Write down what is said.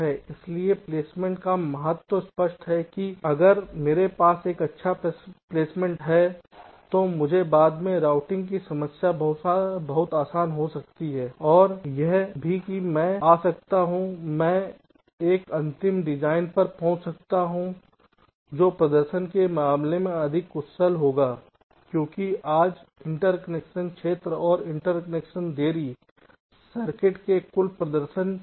इसलिए प्लेसमेंट का महत्व स्पष्ट है कि अगर मेरे पास अच्छा प्लेसमेंट है तो मुझे बाद में रूटिंग की समस्या बहुत आसान हो सकती है और यह भी कि मैं आ सकता हूं या मैं एक अंतिम डिजाइन पर पहुंच सकता हूं जो प्रदर्शन के मामले में अधिक कुशल होगा क्योंकि आज इंटरकनेक्शन क्षेत्र और इंटरकनेक्शन देरी सर्किट के कुल प्रदर्शन पर हावी हो रहे हैं